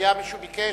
היה מי שביקש,